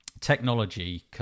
technology